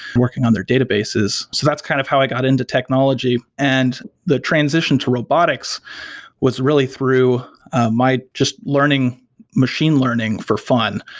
working on their databases. so that's kind of how i got into technology. and the transition to robotics was really through my just learning machine learning for fun.